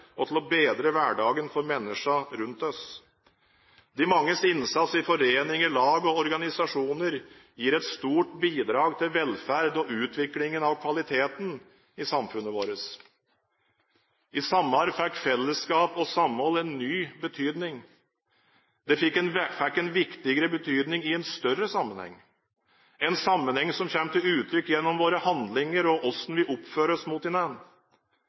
hverdagen for menneskene rundt oss. De manges innsats i foreninger, lag og organisasjoner gir et stort bidrag til velferd og utvikling av kvaliteten i samfunnet vårt. I sommer fikk fellesskap og samhold en ny betydning. Det fikk en viktigere betydning i en større sammenheng – en sammenheng som kommer til uttrykk gjennom våre handlinger og hvordan vi oppfører oss mot